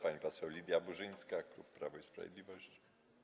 Pani poseł Lidia Burzyńska, klub Prawo i Sprawiedliwość.